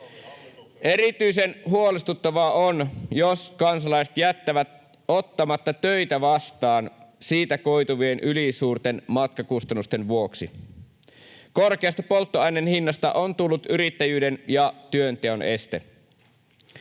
Erityisen huolestuttavaa on, jos kansalaiset jättävät ottamatta töitä vastaan siitä koituvien ylisuurten matkakustannusten vuoksi. Korkeasta polttoaineen hinnasta on tullut yrittäjyyden ja työnteon este.